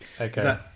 okay